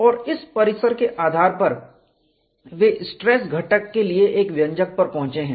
और इस परिसर के आधार पर वे स्ट्रेस घटक के लिए एक व्यंजक पर पहुंचे हैं